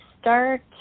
start